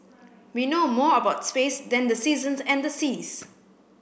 we know more about space than the seasons and the seas